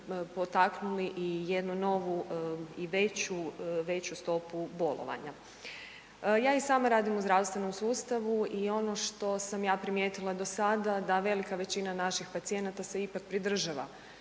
potaknuli i jednu novu i veću, veću stopu bolovanja. Ja i sama radim u zdravstvenom sustavu i ono što sam ja primijetila do sada da velika većina naših pacijenata se ipak pridržava